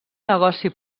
negoci